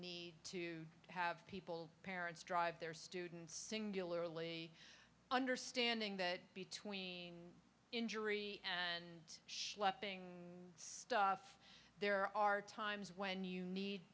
needs to have people parents drive their students singularly understanding that between injury and schlepping stuff there are times when you need